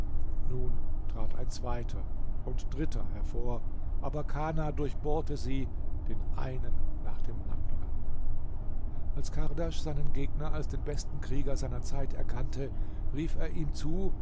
nun trat ein zweiter und dritter hervor aber kana durchbohrte sie den einen nach dem andern als kardasch seinen gegner als den besten krieger seiner zeit erkannte rief er ihm zu